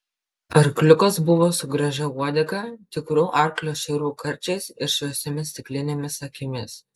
arkliukas buvo su gražia uodega tikrų arklio šerių karčiais ir šviesiomis stiklinėmis akimis